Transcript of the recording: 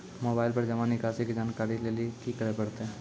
Mobile पर जमा निकासी के जानकरी लेली की करे परतै?